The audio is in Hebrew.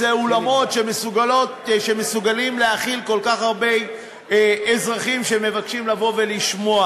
איזה אולמות שמסוגלים להכיל כל כך הרבה אזרחים שמבקשים לבוא ולשמוע,